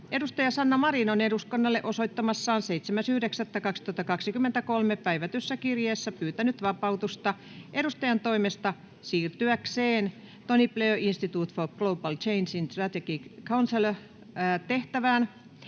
asia. Sanna Marin on eduskunnalle osoittamassaan 7.9.2023 päivätyssä kirjeessä pyytänyt vapautusta edustajantoimesta siirtyäkseen Tony Blair Insitute for Global Changen Strategic Counsellor ‑tehtävään.